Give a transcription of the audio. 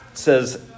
Says